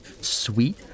sweet